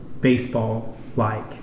baseball-like